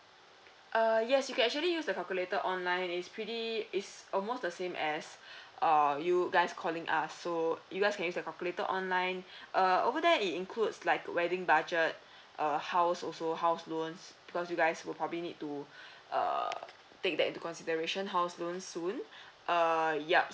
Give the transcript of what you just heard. err yes you can actually use the calculator online it's pretty it's almost the same as err you guys calling us so you guys can use the calculator online err over there it includes like wedding budget err house also house loans because you guys would probably need to uh take that into consideration house loans soon uh yup